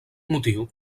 motiu